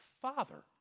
Father